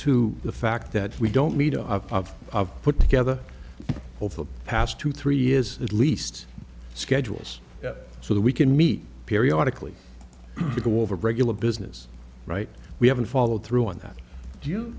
to the fact that we don't need to have five put together over the past two three years at least schedules so that we can meet periodically to go over regular business right we haven't followed through on that do you